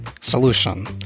solution